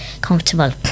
comfortable